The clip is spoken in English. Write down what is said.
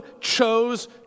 chose